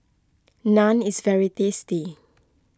Naan is very tasty